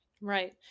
Right